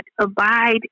abide